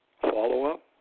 Follow-up